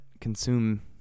consume